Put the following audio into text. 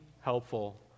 helpful